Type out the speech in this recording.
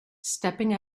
stepping